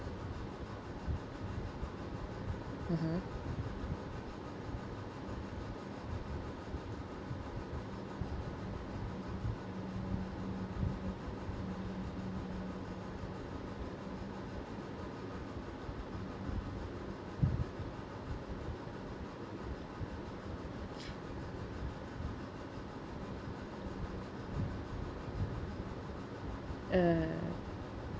(uh huh) uh